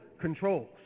controls